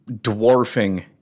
dwarfing